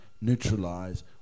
neutralize